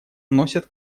носят